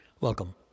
Welcome